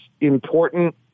important